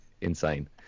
insane